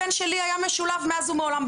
הבן שלי היה משולב מאז ומעולם,